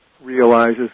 realizes